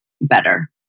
better